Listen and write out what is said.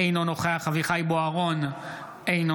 אינו נוכח אביחי אברהם בוארון,